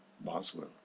Boswell